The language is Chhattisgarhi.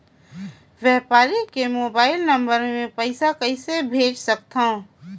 व्यापारी के मोबाइल नंबर मे पईसा कइसे भेज सकथव?